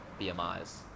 BMIs